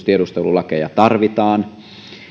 tiedustelulakeja tarvitaan